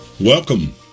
Welcome